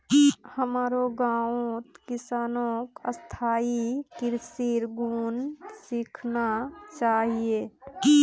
हमारो गांउत किसानक स्थायी कृषिर गुन सीखना चाहिए